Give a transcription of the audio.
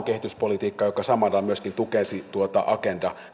kehityspolitiikkaan pitkäjänteisyyttä joka samalla myöskin tukisi agenda